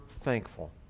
thankful